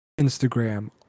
Instagram